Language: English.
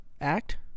act